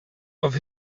off